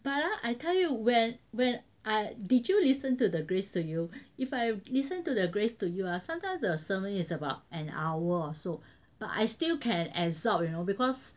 but I tell you when when I did you listen to the grace to you if I listen to their grace to you ah sometimes the sermon is about an hour or so but I still can absorb you know because